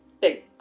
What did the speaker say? big